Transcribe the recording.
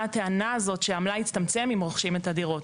הטענה הזאת שהמלאי יצטמצם אם רוכשים את הדירות,